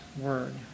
word